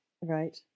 Right